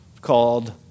called